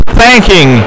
thanking